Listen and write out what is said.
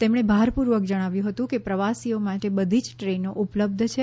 તેમણે ભારપૂર્વક જણાવ્યું હતું કે પ્રવાસીઓ માટે બધી જ ટ્રેનો ઉપલબ્ધ છે